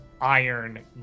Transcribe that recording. iron